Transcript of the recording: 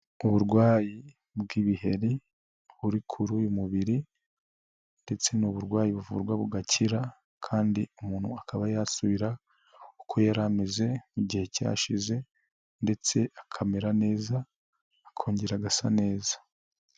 Uburwayi bw'ibiheri, buri kuri uyu mubiri ndetse n'uburwayi buvurwa bugakira kandi umuntu akaba yasubira uko yari ameze, mu gihe cyashize ndetse akamera neza, akongera agasa neza.